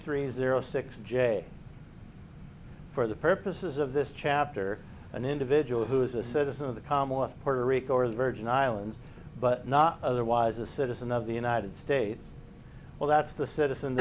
three zero six j for the purposes of this chapter an individual who is a citizen of the commonwealth of puerto rico or the virgin islands but not otherwise a citizen of the united states well that's the citizen